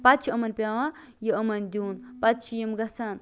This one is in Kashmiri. پَتہٕ چھُ یِمَن پیوان یہِ یِمَن دیُن پَتہٕ چھِ یِم گژھان